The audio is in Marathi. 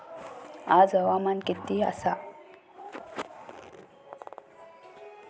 आज हवामान किती आसा?